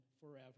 forever